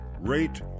rate